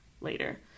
later